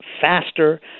faster